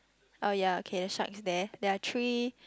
orh ya okay the shark is there there are three